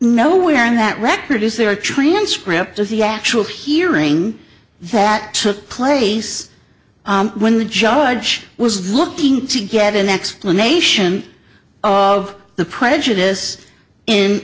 nowhere in that record is there a transcript of the actual hearing that took place when the judge was looking to get an explanation of the prejudice in